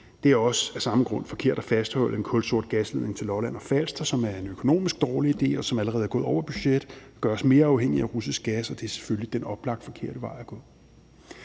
Det er også af samme grund forkert at fastholde en kulsort gasledning til Lolland og Falster, som er en økonomisk dårlig idé, og som allerede er gået over budgettet og gør os mere afhængige af russisk gas. Det er selvfølgelig oplagt, at det er den forkerte vej at gå.